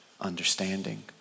understanding